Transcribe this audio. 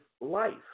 life